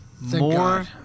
more